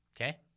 Okay